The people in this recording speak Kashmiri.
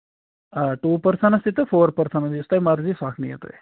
آ ٹوٗ پٔرسَنس تہِ تہٕ فور پٔرسَنس تہِ یُس تۄہہِ مرضی سُہ اکھ نِیِو تُہۍ